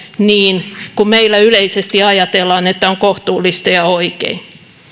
niin kuin meillä yleisesti ajatellaan että on kohtuullista ja oikein